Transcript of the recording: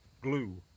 glue